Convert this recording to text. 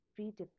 predefined